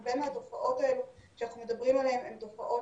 הרבה מהתופעות האלה שאנחנו מדברים עליהן הן תופעות